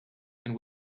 and